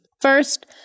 First